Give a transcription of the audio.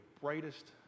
brightest